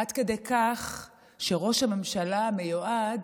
עד כדי כך שראש הממשלה המיועד